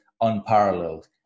unparalleled